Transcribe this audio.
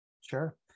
Sure